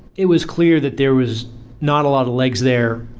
it was clear that there was not a lot of legs there,